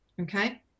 Okay